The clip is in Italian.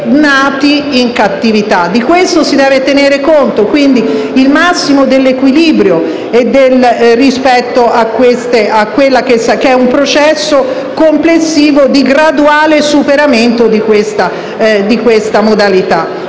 nati in cattività. E di questo si deve tenere conto, ossia del massimo dell'equilibrio e del rispetto del processo complessivo di graduale superamento di una tale modalità